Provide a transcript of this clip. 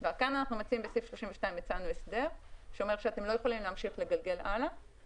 וכאן בסעיף 32 הצענו הסדר שאומר שאתם לא יכולים להמשיך לגלגל הלאה